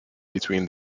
between